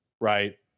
right